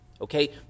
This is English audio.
Okay